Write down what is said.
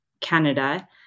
Canada